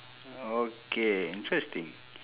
okay interesting